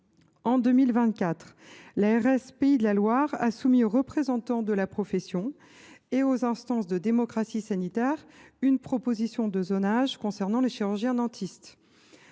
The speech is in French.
En 2024, l’ARS des Pays de la Loire a soumis aux représentants de la profession et aux instances de démocratie sanitaire une proposition de zonage qui concerne les chirurgiens dentistes.